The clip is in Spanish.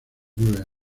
nueve